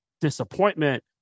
disappointment